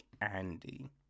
Andy